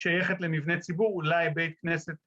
שייכת למבנה ציבור אולי בית כנסת